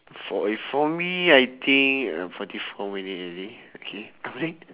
for if for me I think uh forty four minutes already okay boleh